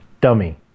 dummy